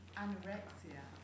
anorexia